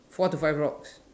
four to five rocks